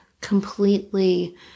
completely